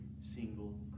single